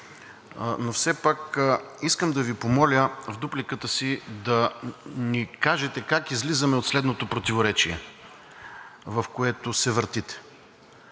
но все пак искам да Ви помоля в дупликата си да ни кажете как излизаме от следното противоречие, в което се въртите.